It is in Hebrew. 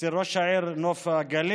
אצל ראש העיר נוף הגליל,